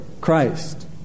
Christ